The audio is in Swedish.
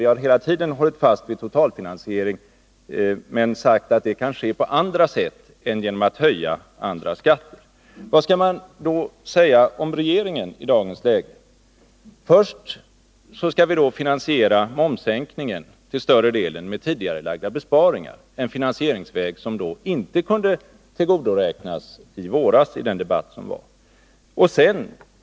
Vi har hela tiden hållit fast vid en totalfinansiering, men vi har sagt att den kan ske på andra sätt än genom att höja andra skatter. Vad skall man då säga om regeringen i dagens läge? Först vill den till stor del finansiera momssänkningen med tidigarelagda besparingar — en finansieringsväg som inte kunde tillgodoräknas i våras, i den debatt som fördes då.